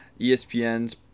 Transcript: ESPN's